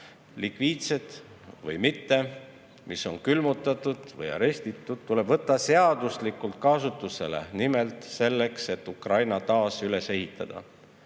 likviidsed või mitte, mis on külmutatud või arestitud, tuleb võtta seaduslikult kasutusele nimelt selleks, et Ukraina taas üles ehitada.